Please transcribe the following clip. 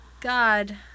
God